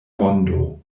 mondo